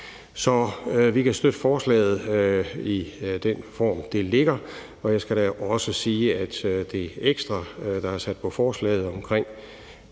Så vi kan støtte forslaget i den form, det ligger, og jeg skal da også sige, at det ekstra, der er sat på forslaget, omkring,